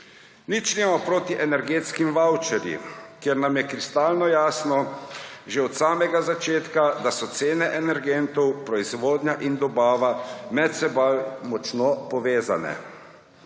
Nič nimamo proti energetskim vavčerjem, ker nam je kristalno jasno že od samega začetka, da so cene energentov, proizvodnja in dobava med seboj močno povezane.